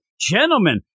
gentlemen